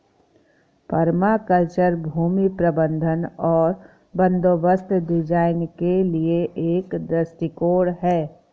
permaculture भूमि प्रबंधन और बंदोबस्त डिजाइन के लिए एक दृष्टिकोण है